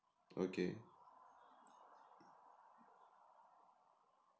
okay